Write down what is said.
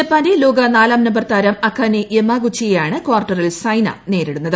ജപ്പാന്റെ ലോക നാലാം നമ്പർതാരം അക്കാനെ ൃതിമാഗുച്ചിയെയാണ് കാർട്ടറിൽ സൈന നേരിടുന്നത്